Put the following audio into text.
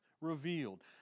revealed